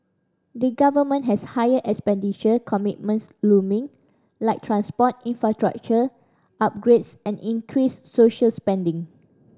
the government has higher expenditure commitments looming like transport infrastructure upgrades and increased social spending